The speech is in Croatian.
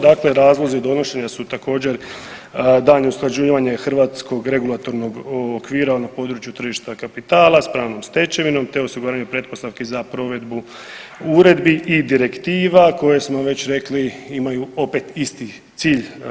Dakle, razlozi donošenja su također daljnje usklađivanje hrvatskog regulatornog okvira na području tržišta kapitala s pravnom stečevinom te osiguranje pretpostavki za provedbu uredbi i direktiva koje smo već rekli imaju opet isti cilj.